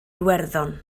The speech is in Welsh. iwerddon